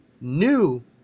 new